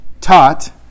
taught